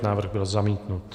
Návrh byl zamítnut.